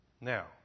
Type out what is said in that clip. Now